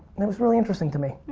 and it was really interesting to me.